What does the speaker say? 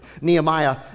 Nehemiah